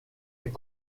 est